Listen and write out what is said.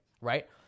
right